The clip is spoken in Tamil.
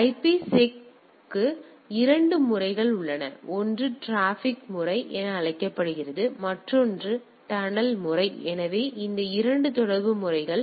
எனவே IPSec க்கு 2 முறைகள் உள்ளன ஒன்று டிராபிக் முறை என அழைக்கப்படுகிறது மற்றொன்று டனல் முறை எனவே இந்த 2 தொடர்பு முறைகள்